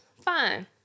fine